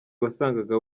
wasangaga